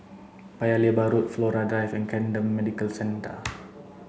Paya Lebar Road Flora Drive and Camden Medical Centre